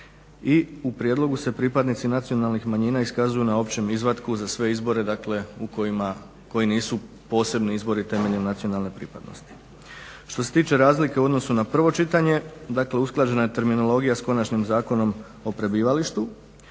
i u prijedlogu se pripadnici nacionalnih manjina iskazuju na općem izvatku za sve izbore koji nisu posebni izbori temeljem nacionalne pripadnosti. Što se tiče razlike u odnosu na prvo čitanje, dakle usklađena je terminologija sa Konačnim zakonom o prebivalištu,